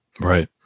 Right